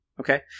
Okay